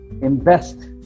invest